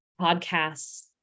podcasts